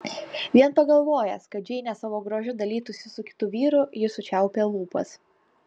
vien pagalvojęs kad džeinė savo grožiu dalytųsi su kitu vyru jis sučiaupė lūpas